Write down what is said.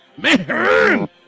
Man